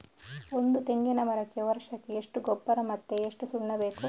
ಒಂದು ತೆಂಗಿನ ಮರಕ್ಕೆ ವರ್ಷಕ್ಕೆ ಎಷ್ಟು ಗೊಬ್ಬರ ಮತ್ತೆ ಎಷ್ಟು ಸುಣ್ಣ ಬೇಕು?